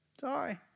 Sorry